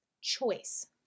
choice